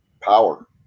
power